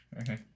Okay